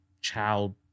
child